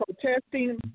protesting